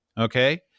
Okay